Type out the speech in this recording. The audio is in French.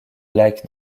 lac